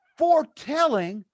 foretelling